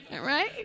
Right